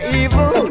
evil